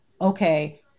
Okay